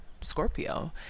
scorpio